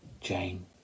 Jane